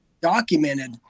documented